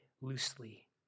loosely